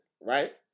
right